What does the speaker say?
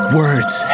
words